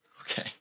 Okay